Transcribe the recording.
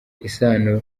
isano